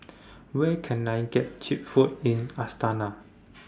Where Can I get Cheap Food in Astana